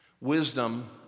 wisdom